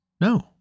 No